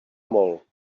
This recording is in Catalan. molt